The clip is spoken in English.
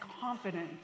confidence